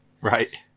Right